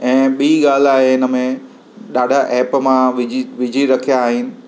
ऐं ॿीं ॻाल्हि आहे इन में ॾाढा ऐप मां विझी विझी रखिया आहिनि